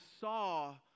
saw